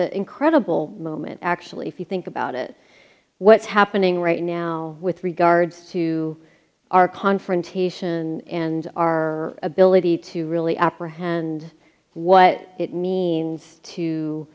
an incredible moment actually if you think about it what's happening right now with regards to our confrontation and our ability to really apprehend what it means to